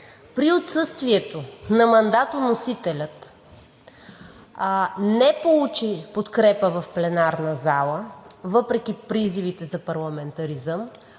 при отсъствието на мандатоносителя не получи подкрепа в пленарната зала въпреки призивите за парламентаризъм,